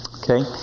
Okay